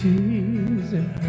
Jesus